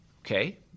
Okay